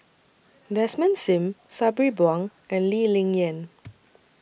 Desmond SIM Sabri Buang and Lee Ling Yen